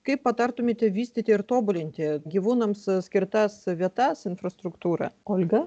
kaip patartumėte vystyti ir tobulinti gyvūnams skirtas vietas infrastruktūrą oga